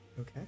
okay